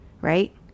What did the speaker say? right